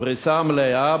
בפריסה מלאה,